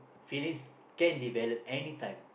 feelings can develop any time